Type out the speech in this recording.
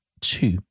two